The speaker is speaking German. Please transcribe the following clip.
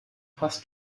hast